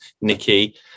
Nikki